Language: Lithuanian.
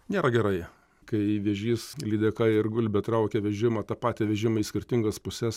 nėra gerai kai vėžys lydeka ir gulbė traukia vežimą tą patį vežimą į skirtingas puses